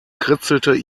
kritzelte